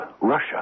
Russia